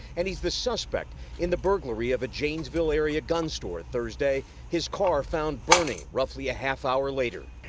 and he's the suspect in the burglary of a janesville area gun store thursday. his car found burning roughly a half hour later.